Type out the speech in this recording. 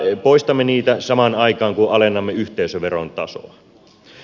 eli poistamme niitä samaan aikaan kuin alennamme yhteisöveron tasoa